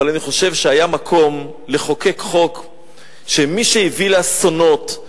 אבל אני חושב שהיה מקום לחוקק חוק שמי שהביא לאסונות,